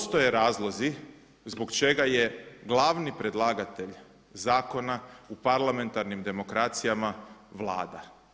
Postoje razlozi zbog čega je glavni predlagatelj zakona u parlamentarnim demokracijama Vlada.